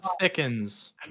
thickens